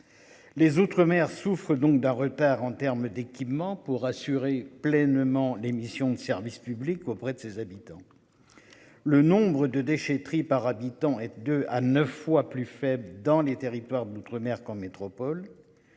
Les Outre-mer souffre donc d'un retard en terme d'équipements pour assurer pleinement les missions de service public auprès de ses habitants. Le nombre de déchetterie par habitant et de à neuf fois plus faible dans les territoires d'outre-mer qu'en métropole.